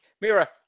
Mira